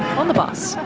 on the bus,